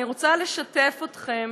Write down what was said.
אני רוצה לשתף אתכם